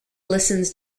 listens